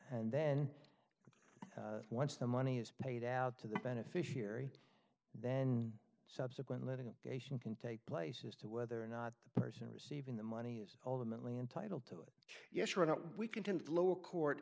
and then once the money is paid out to the beneficiary then subsequent lenina can take place as to whether or not the person receiving the money is ultimately entitled to it yes or not we can tend lower court